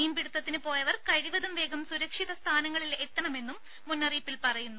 മീൻപിടിത്തത്തിന് പോയവർ കഴിവതും വേഗം സുരക്ഷിത സ്ഥാനങ്ങളിൽ എത്തണമെന്നും മുന്നറിയിപ്പിൽ പറയുന്നു